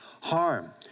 harm